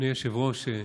אדוני היושב-ראש,